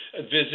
visit